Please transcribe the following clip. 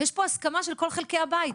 יש פה הסכמה של כל חלקי הבית.